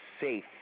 safe